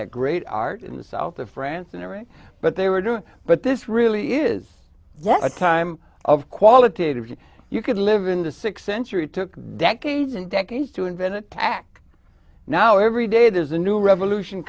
that great art in the south of france in a right but they were doing but this really is a time of qualitative you could live in the th century took decades and decades to invent attack now every day there's a new revolution